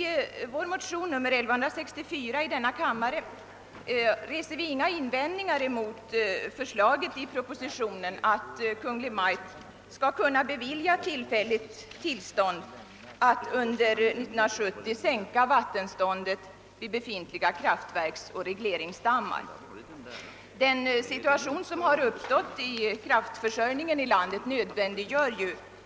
Herr talman! Vi reser i vår motion II: 1164 inga invändningar mot förslaget i förevarande proposition att Kungl. Maj:t skall kunna bevilja tillfälligt tillstånd att under år 1970 sänka vattenståndet vid befintliga kraftverksoch regleringsdammar. Den situation som har uppstått beträffande kraftförsörjningen i vårt land nödvändiggör